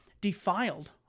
defiled